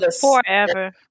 Forever